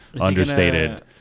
understated